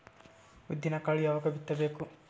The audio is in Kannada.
ಉದ್ದಿನಕಾಳು ಯಾವಾಗ ಬಿತ್ತು ಬೇಕು?